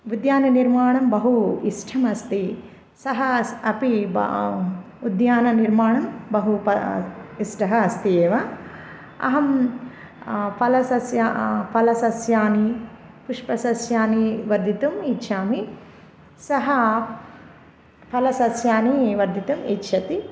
उद्याननिर्माणं बहु इष्टमस्ति सः अस् ब उद्याननिर्माणं बहु प इष्टम् अस्ति एव अहं फलसस्यं फलसस्यानि पुष्पसस्यानि वर्धितुम् इच्छामि सः फलसस्यानि वर्धितुम् इच्छति